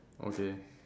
okay